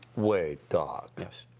wait, doc. yes.